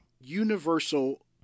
universal